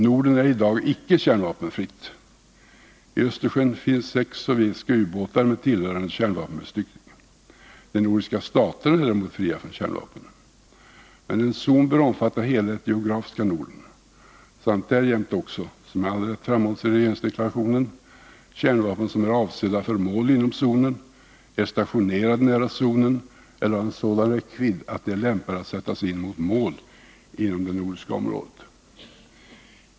Norden är i dag icke kärnvapenfritt. I Östersjön finns sex sovjetiska ubåtar med tillhörande kärnvapenbestyckning. De nordiska staterna är däremot fria från kärnvapen. Men en zon bör omfatta hela det geografiska Norden samt därjämte också — som med all rätt framhålles i regeringsdeklarationen — kärnvapen som är avsedda för mål inom zonen, är stationerade nära zonen eller har en sådan räckvidd att de är lämpade att sättas in mot mål inom det nordiska området.